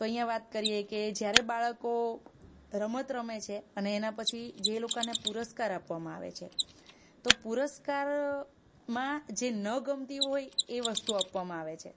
તો અહીંયા વાત કરીએ કે જ્યારે બાળકો રમત રમે છે અને એના પછી જે લોકાને પુરસ્કાર આપવામાં આવે છે તો પુરસ્કારમાં જે ન ગમતી હોય એ વસ્તુ આપવામાં આવે છે